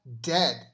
dead